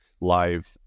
live